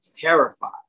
terrified